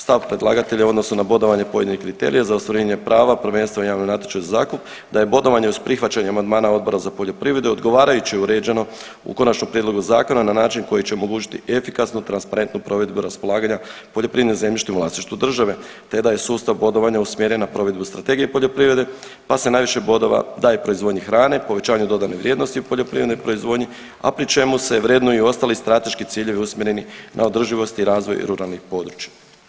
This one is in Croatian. Stav predlagatelja u odnosu na bodovanje pojedinih kriterija za ostvarenje prava prvenstva u javnom natječaju za zakup, da je bodovanje uz prihvaćanje amandmana Odbora za poljoprivredu odgovarajuće uređeno u konačnom prijedlogu zakona na način koji će omogućiti efikasnu, transparentnu provedbu raspolaganja poljoprivrednim zemljištem u vlasništvu države, te da je sustav bodovanja usmjeren na provedbu Strategije poljoprivrede, pa se najviše bodova daje proizvodnji hrane, povećanju dodane vrijednosti u poljoprivrednoj proizvodnji, a pri čemu se vrednuju i ostali strateški ciljevi usmjereni na održivost i razvoj ruralnih područja.